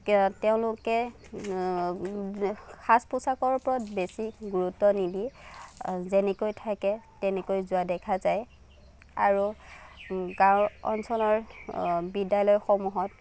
তেওঁলোকে সাজ পোছাকৰ ওপৰত বেছি গুৰুত্ব নিদিয়ে যেনেকৈ থাকে তেনেকৈ যোৱা দেখা যায় আৰু গাওঁ অঞ্চলৰ বিদ্য়ালয়সমূহত